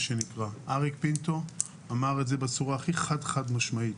אריק פינטו אמר את זה בצורה הכי חד משמעית: